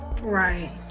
Right